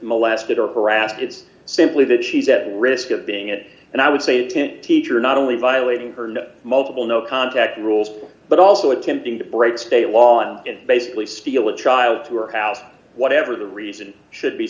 molested or harassed it's simply that she's at risk of being it and i would say the teacher not only violating her multiple no contact rules but also attempting to break state law and basically steal a child to or house whatever the reason should be